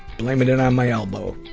blaming it on my elbow.